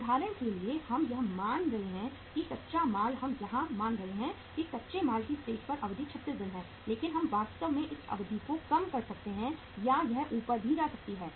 उदाहरण के लिए हम यह मान रहे हैं कि कच्चा माल हम यहां मान रहे हैं कि कच्चे माल की स्टेज की अवधि 36 दिन है लेकिन हम वास्तव में इस अवधि को कम कर सकते हैं या यह ऊपर भी जा सकता है